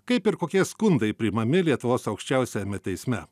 kaip ir kokie skundai priimami lietuvos aukščiausiajame teisme